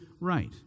right